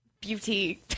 beauty